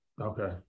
Okay